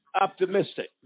optimistic